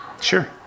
Sure